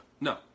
No